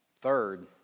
Third